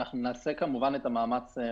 שאפשר לעבוד ועדיין לקבל קצבה.